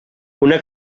una